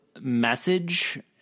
message